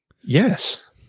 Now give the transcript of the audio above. Yes